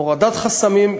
הורדת חסמים,